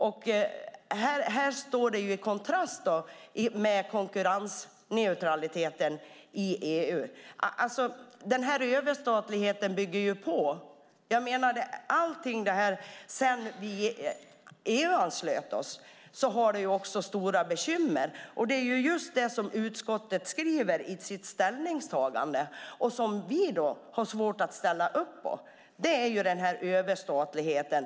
Detta står i motsättning till konkurrensneutraliteten i EU. Överstatligheten byggs på. Sedan vi EU-anslöt oss har vi fått stora bekymmer. Det som utskottet skriver i sitt ställningstagande och som vi har svårt att ställa upp på gäller överstatligheten.